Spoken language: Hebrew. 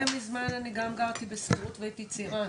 מזמן אני גם גרתי בשכירות והייתי צעירה,